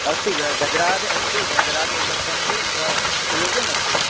अस्ति गजराज अस्ति गजराज उर्वरकं तु सुयोग्यमस्ति